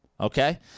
Okay